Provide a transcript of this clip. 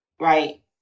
right